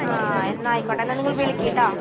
ആ എന്നാൽ ആയിക്കോട്ടെ എന്നാൽ നിങ്ങൾ വിളിക്ക് കേട്ടോ